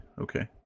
Okay